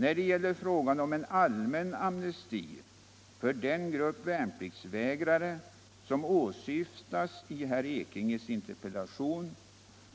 När det gäller frågan om en allmän amnesti för den grupp värnpliktsvägrare som åsyftas i herr Ekinges interpellation